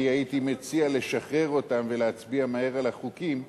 אני הייתי מציע לשחרר אותן ולהצביע מהר על החוקים,